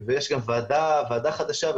ויש גם ועדה חדשה,